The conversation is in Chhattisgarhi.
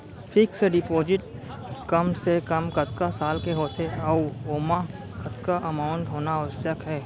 फिक्स डिपोजिट कम से कम कतका साल के होथे ऊ ओमा कतका अमाउंट होना आवश्यक हे?